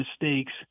mistakes